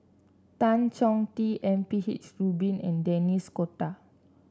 Tan Chong Tee M P H Rubin and Denis D'Cotta